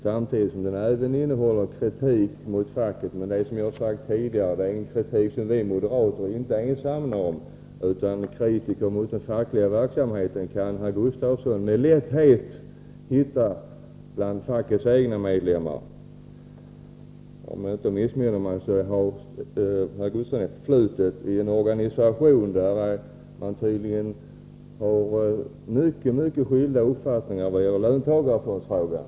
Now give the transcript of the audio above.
Samtidigt innehåller den kritik mot facket, men vi moderater är, som jag sade tidigare, inte ensamma om att anföra den kritiken. Kritiker mot den fackliga verksamheten kan herr Gustafsson med lätthet hitta bland fackets egna medlemmar. Om jag inte missminner mig har herr Gustafsson ett förflutet i en organisation där man tydligen har mycket skilda uppfattningar i t.ex. löntagarfondsfrågan.